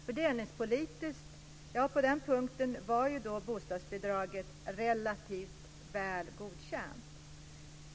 Vad gäller det fördelningspolitiska målet var bostadsbidraget relativt väl godkänt.